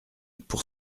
pour